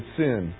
sin